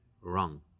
wrong